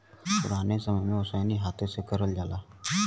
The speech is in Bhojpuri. पुराने समय में ओसैनी हाथे से करल जाला